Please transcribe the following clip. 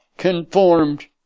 conformed